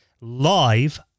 live